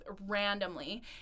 randomly